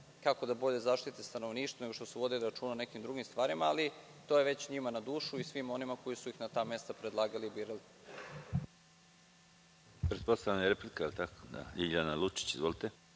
kako da bolje zaštite stanovništvo, nego što su vodili računa o nekim drugim stvarima, ali, to je već njima na dušu i svima onima koji su ih na ta mesta predlagali i birali.